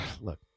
look